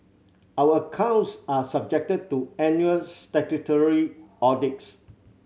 our accounts are subjected to annual statutory audits